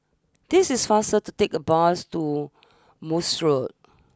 it is faster to take the bus to Morse Road